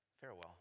Farewell